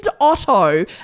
Otto